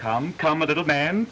come come a little man